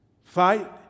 Fight